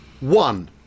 One